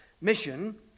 mission